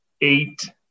eight